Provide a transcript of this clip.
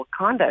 Wakanda